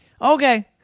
Okay